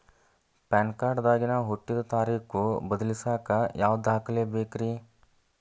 PAN card ದಾಗಿನ ಹುಟ್ಟಿದ ತಾರೇಖು ಬದಲಿಸಾಕ್ ಯಾವ ದಾಖಲೆ ಬೇಕ್ರಿ?